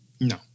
No